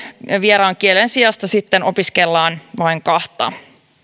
vieraan kielen sijasta sitten opiskellaan vain kahta